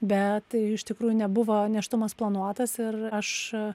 bet iš tikrųjų nebuvo nėštumas planuotas ir aš